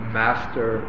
master